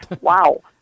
wow